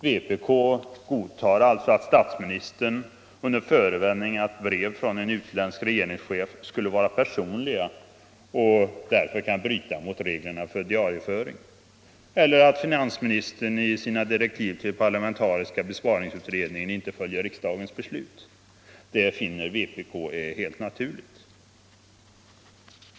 Vpk godtar alltså att statsministern under förevändning att brev från en utländsk regeringschef skulle vara personliga bryter mot reglerna för diarieföring eller att finansministern i sina direktiv till den parlamentariska besparingsutredningen inte följer riksdagens beslut. Det finner vpk helt naturligt.